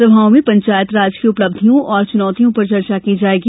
सभाओं में पंचायत राज की उपलब्धियों और चुनौतियों पर चर्चा की जाएगी